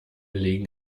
legen